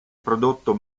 prodotto